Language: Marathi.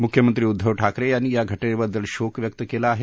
मुख्यमंत्री उद्घव ठाकरे यांनी या घटनेबद्दल शोक व्यक्त केला आहे